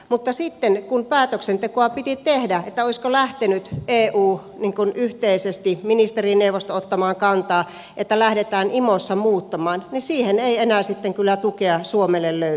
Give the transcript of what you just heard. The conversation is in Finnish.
mutta sitten kun päätöksentekoa piti tehdä siitä olisiko lähtenyt eu yhteisesti ministerineuvosto ottamaan kantaa että lähdetään imossa tätä muuttamaan niin siihen ei enää sitten kyllä tukea suomelle löytynyt